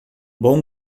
bom